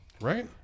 Right